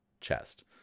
chest